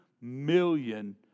million